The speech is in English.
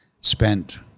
spent